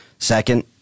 Second